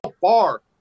far